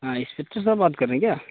ہاں اسپکٹر صاحب بات کر رہے کیا